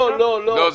לא, לא, לא.